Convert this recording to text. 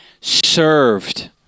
served